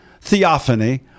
Theophany